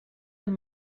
amb